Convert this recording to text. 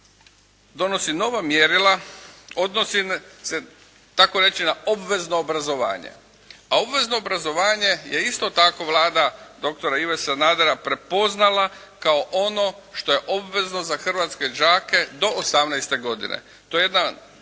donosi nova mjerila, odnosi se, tako reći, na obvezno obrazovanje. A obvezno obrazovanje je, isto tako Vlada dr. Ive Sanadera prepoznala kao ono što je obvezno za hrvatske đake do 18. godine.